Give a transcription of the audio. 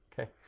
Okay